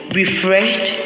refreshed